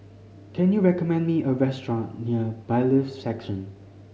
can you recommend me a restaurant near Bailiffs Section